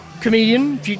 comedian